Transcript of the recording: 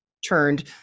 turned